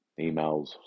emails